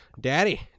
daddy